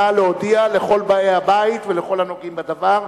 נא להודיע לכל באי הבית ולכל הנוגעים בדבר.